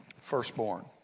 firstborn